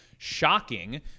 shocking